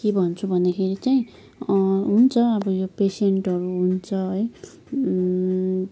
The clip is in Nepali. के भन्छु भन्दाखेरि चाहिँ हुन्छ अब यो पेसेन्टहरू हुन्छ है